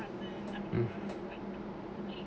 ugh